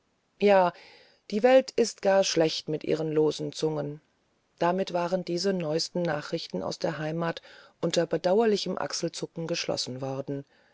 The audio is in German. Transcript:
ja die welt ist gar schlecht mit ihrer losen zunge damit waren diese neuesten nachrichten aus der heimat unter bedauerlichem achselzucken geschlossen worden